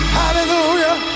hallelujah